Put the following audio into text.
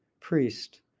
priest